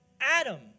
Adam